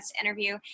interview